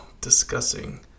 discussing